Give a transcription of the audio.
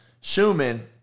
Schumann